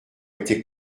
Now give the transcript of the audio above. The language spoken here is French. était